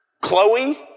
Chloe